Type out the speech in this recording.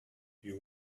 you